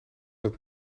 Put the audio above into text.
wat